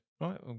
right